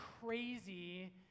crazy